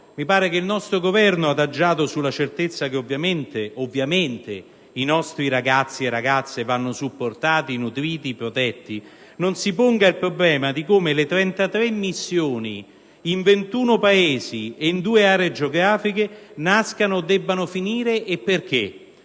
Mi pare che il nostro Governo, adagiato sulla certezza che, ovviamente, le nostre ragazze ed i nostri ragazzi vanno supportati, nutriti e protetti, non si ponga il problema di come le 33 missioni in 21 Paesi ed in due aree geografiche nascano o debbano finire, e perché,